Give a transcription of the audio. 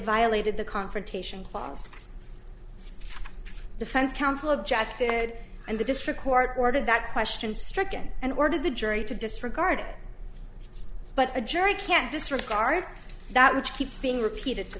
violated the confrontation clause defense counsel objected and the district court ordered that question stricken and ordered the jury to disregard it but a jury can't disregard that which keeps being repeat